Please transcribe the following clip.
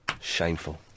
Shameful